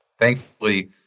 thankfully